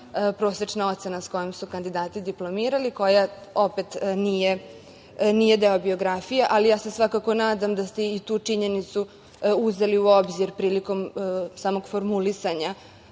prosečna ocena sa kojom su kandidati diplomirali, koja opet nije deo biografije, ali ja se svakako nadam da ste i tu činjenicu uzeli u obzir prilikom samog formulisanja